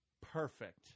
perfect